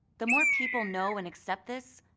the more people know and accept this,